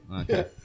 Okay